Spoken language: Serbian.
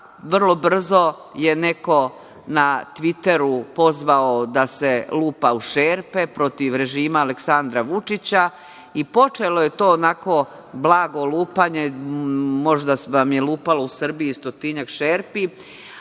vrlo brzo neko na Tviteru pozvao da se lupa u šerpe protiv režima Aleksandra Vučića i počelo je to onako blago lupanje, možda vam je lupalo u Srbiji stotinak šerpi,